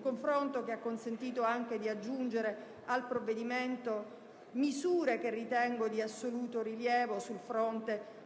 confronto ha consentito anche di aggiungere al provvedimento misure che io ritengo di assoluto rilievo sul fronte